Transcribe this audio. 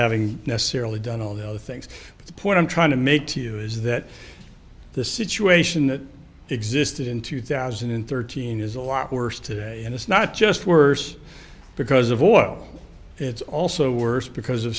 having necessarily done all those things but the point i'm trying to make to you is that the situation that existed in two thousand and thirteen is a lot worse today and it's not just worse because of oil it's also worse because of